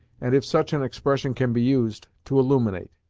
and, if such an expression can be used, to illuminate.